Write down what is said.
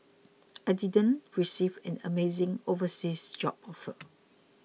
I didn't receive an amazing overseas job offer